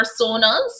personas